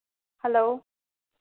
hello